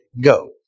go